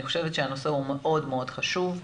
אני חושבת שהנושא הוא מאוד מאוד חשוב,